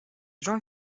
jean